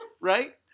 right